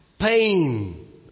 pain